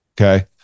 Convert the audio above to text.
Okay